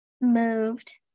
moved